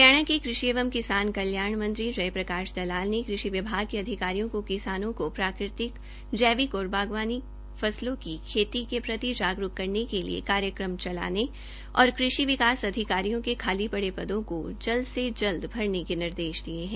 हरियाणा के कृषि एवं किसान कल्याण मंत्री जय प्रकाश दलाल ने कृषि विभाग के अधिकारियों को किसानों को प्राकृतिक जैविक और बागवानी फसलों की खेती के प्रति जागरूक करने के लिए कार्यक्रम चलाने और कृषि विकास अधिकारियों के खाली पदों को जल्द से जल्द भरने के निदेश दिये है